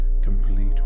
complete